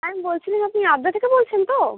আমি বলছিলাম আপনি আদ্রা থেকে বলছেন তো